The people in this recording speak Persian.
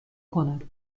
کند